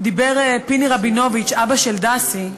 דיבר פיני רבינוביץ, אבא של דסי,